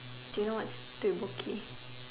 do you know what's